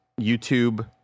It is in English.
YouTube